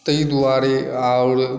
ताहि दुआरे आओर